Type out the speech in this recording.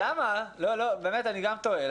גם אני תוהה.